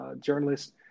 journalists